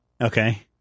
Okay